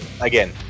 again